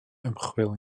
ymchwil